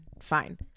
fine